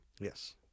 yes